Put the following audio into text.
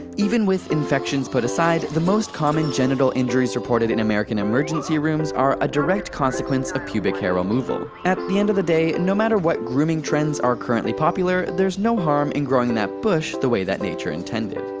even with infections put aside, the most common genital injuries reported in american emergency rooms are a direct consequence of pubic hair removal. at the end of the day, no matter what grooming trends are currently popular, there's no harm in growing that bush the way that nature intended.